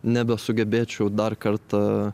nebesugebėčiau dar kartą